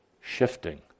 shifting